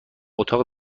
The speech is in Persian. اتاق